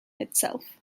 itself